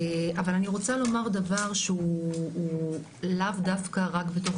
אבל אני רוצה לומר דבר שהוא לאו דווקא רק בתוך